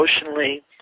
emotionally